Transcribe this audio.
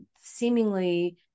seemingly